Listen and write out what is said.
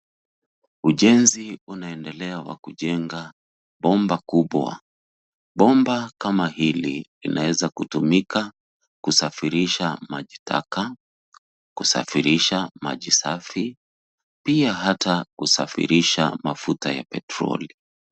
Ujenzi unaendelea wa kujenga bomba kubwa. Bomba kama hili linaweza kutumika kusafirisha maji taka, kusafirisha maji safi , pia hata kusafirisha mafuta ya petroli.